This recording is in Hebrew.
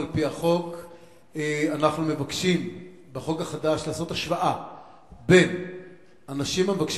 אנחנו נעבור מייד להצעת חוק עבודת נשים (תיקון,